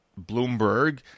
Bloomberg